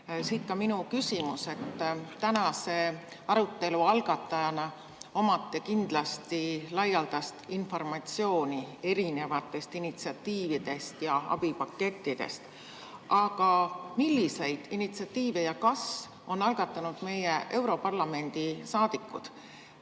Siit ka minu küsimus. Tänase arutelu algatajana on teil kindlasti laialdane informatsioon erinevatest initsiatiividest ja abipakettidest. Aga milliseid initsiatiive ja kas üldse on algatanud meie saadikud